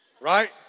Right